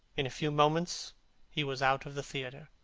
in a few moments he was out of the theatre.